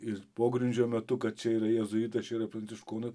ir pogrindžio metu kad čia yra jėzuitas yra pranciškonas